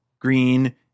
Green